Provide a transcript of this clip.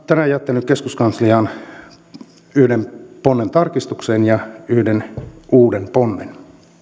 tänään jättänyt keskuskansliaan yhden ponnen tarkistukseen ja yhden uuden ponnen